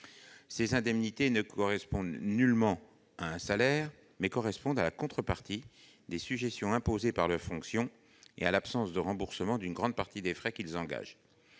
Ces indemnités ne correspondent nullement à un salaire. Elles sont la contrepartie des sujétions imposées par leurs fonctions et de l'absence de remboursement d'une grande partie des frais qu'ils engagent.